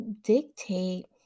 dictate